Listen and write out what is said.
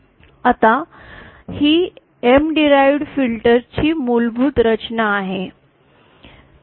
आता ही M derived filter ची मूलभूत रचना आहे